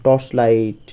torch light